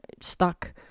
stuck